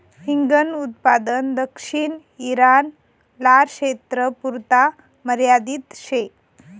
हिंगन उत्पादन दक्षिण ईरान, लारक्षेत्रपुरता मर्यादित शे